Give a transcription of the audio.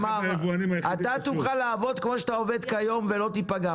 אתה תוכל לעבוד כמו שאתה עובד כיום ולא תיפגע.